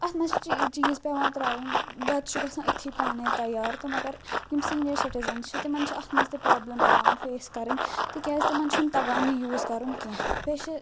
اتھ مَنٛز چھِ چیٖز پیٚوان ترٛاوٕنۍ بَتہٕ چھُ گَژھان أتتھے پانٔے تیار تہٕ مگر یم سیٖنیَر سِٹیٖزنٕز چھِ تِمن چھِ اَتھ مَنٛز تہِ پرٛابلم پیٚوان فیس کَرٕنۍ تِکیٛازِ تِمن چھُنہٕ تگان یہِ یوٗز کَرُن کیٚنٛہہ بیٚیہِ چھِ